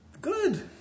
Good